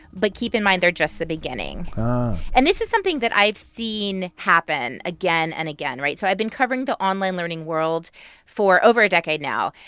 but keep in mind they're just the beginning ah and this is something that i've seen happen again and again, right? so i've been covering the online learning world for over a decade now.